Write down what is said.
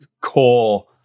core